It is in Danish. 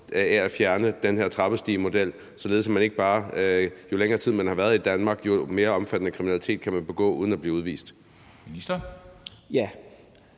at fjerne den her trappestigemodel, sådan at man ikke bare, jo længere tid man har været i Danmark, kan undgå at blive udvist,